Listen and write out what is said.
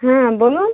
হ্যাঁ বলুন